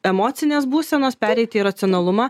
emocinės būsenos pereiti į racionalumą